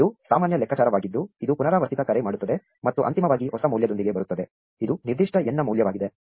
ಇದು ಸಾಮಾನ್ಯ ಲೆಕ್ಕಾಚಾರವಾಗಿದ್ದು ಇದು ಪುನರಾವರ್ತಿತ ಕರೆ ಮಾಡುತ್ತದೆ ಮತ್ತು ಅಂತಿಮವಾಗಿ ಹೊಸ ಮೌಲ್ಯದೊಂದಿಗೆ ಬರುತ್ತದೆ ಇದು ನಿರ್ದಿಷ್ಟ n ನ ಮೌಲ್ಯವಾಗಿದೆ